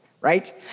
right